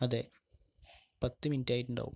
അതെ പത്ത് മിനിറ്റായിട്ടുണ്ടാകും